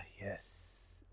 yes